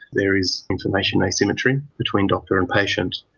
there is information asymmetry between doctor and patient,